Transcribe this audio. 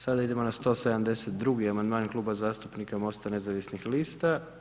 Sada idemo na 172. amandman Klub zastupnika MOST-a Nezavisnih lista.